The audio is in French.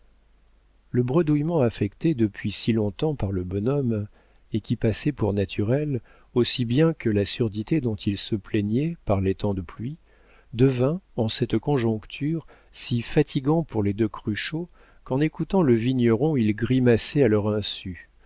le bredouillement affecté depuis si long-temps par le bonhomme et qui passait pour naturel aussi bien que la surdité dont il se plaignait par les temps de pluie devint en cette conjoncture si fatigant pour les deux cruchot qu'en écoutant le vigneron ils grimaçaient à leur insu